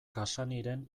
cassanyren